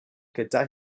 gyda